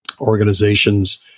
organizations